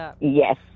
Yes